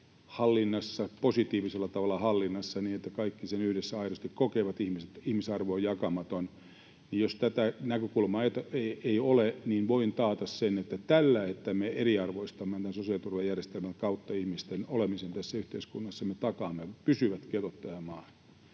positiivisella tavalla hallinnassa niin, että kaikki yhdessä aidosti kokevat, että ihmisarvo on jakamaton. Jos tätä näkökulmaa ei ole, niin voin taata sen, että tällä, että me eriarvoistamme meidän sosiaaliturvajärjestelmän kautta ihmisten olemisen tässä yhteiskunnassa, me takaamme pysyvät getot